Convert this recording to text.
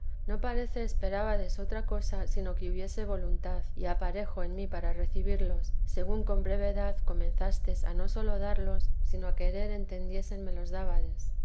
no parece esperábades otra cosa sino que hubiese voluntad y aparejo en mí para recibirlos según con brevedad comenzastes a no sólo darlos sino a querer entendiesen me les